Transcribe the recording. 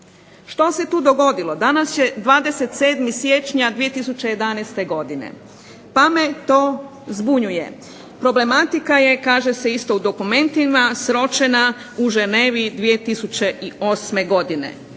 što se tu dogodilo, danas je 27. siječnja 2011. godine pa me to zbunjuje. Problematika je kaže se isto u dokumentima sročena u Ženevi 2008. godine.